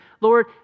Lord